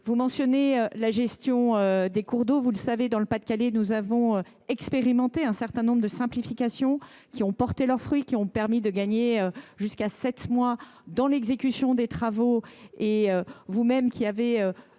Vous évoquez la gestion des cours d’eau. Vous le savez, dans le Pas de Calais, nous avons expérimenté un certain nombre de simplifications. Elles ont porté leurs fruits, permettant de gagner jusqu’à sept mois dans l’exécution des travaux. Vous même, qui avez